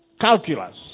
calculus